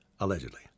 allegedly